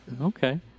Okay